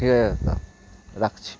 ঠিক আছে দাদা রাখছি